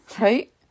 right